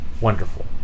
Wonderful